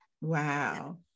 Wow